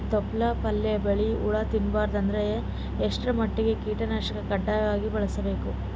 ತೊಪ್ಲ ಪಲ್ಯ ಬೆಳಿ ಹುಳ ತಿಂಬಾರದ ಅಂದ್ರ ಎಷ್ಟ ಮಟ್ಟಿಗ ಕೀಟನಾಶಕ ಕಡ್ಡಾಯವಾಗಿ ಬಳಸಬೇಕು?